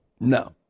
No